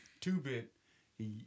two-bit